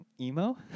emo